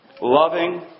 loving